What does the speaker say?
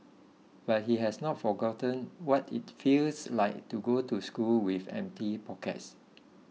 but he has not forgotten what it feels like to go to school with empty pockets